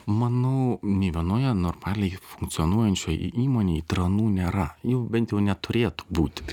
manau nei vienoje normaliai funkcionuojančioj įmonėj tranų nėra jau bent jau neturėtų būti